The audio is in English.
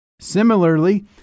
Similarly